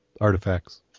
artifacts